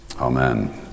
Amen